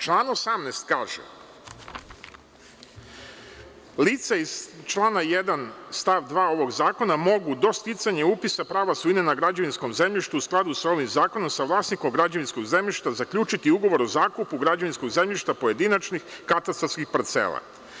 Član 18. kaže – lice iz člana 1. stav 2. ovog zakona, mogu do sticanja upisa prava svojine na građevinskom zemljištu u skladu sa ovim zakonom sa vlasnikom građevinskog zemljišta zaključiti ugovor o zakupu građevinskog zemljišta pojedinačnih katastarskih parcela.